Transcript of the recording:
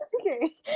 Okay